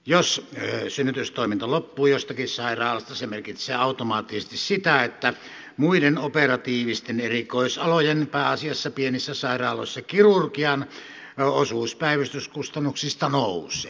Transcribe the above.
jos synnytystoiminta loppuu jostakin sairaalasta se merkitsee automaattisesti sitä että muiden operatiivisten erikoisalojen pääasiassa pienissä sairaaloissa kirurgian osuus päivystyskustannuksista nousee